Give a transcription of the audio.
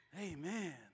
Amen